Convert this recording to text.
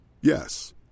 Yes